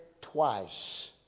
twice